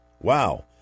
wow